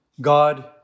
God